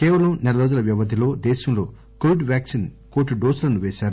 కేవలం నెల రోజుల వ్యవధిలో దేశంలో కోవిడ్ వ్యాక్సిన్ కోటి డోసులను పేశారు